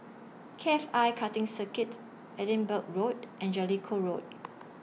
K F I Karting Circuit Edinburgh Road and Jellicoe Road